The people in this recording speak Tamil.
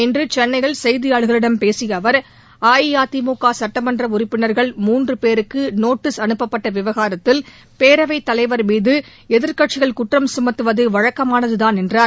இன்று சென்னையில் செய்தியாளர்களிடம் பேசிய அவர் அஇஅதிமுக சுட்டமன்ற உறுப்பினர்கள் மூன்று பேருக்கு நோட்டீஸ் அனுப்பப்பட்ட விவகாரத்தில் பேரவை தலைவர் மீது எதிர்கட்சிகள் குற்றம் சுமத்துவது வழக்கமானது தான் என்றார்